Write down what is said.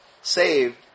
saved